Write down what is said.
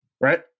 Right